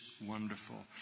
wonderful